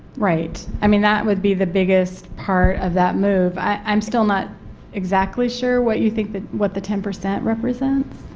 right. i mean that would be the biggest part of that move. i'm still not exactly sure what you think that was the ten percent represents?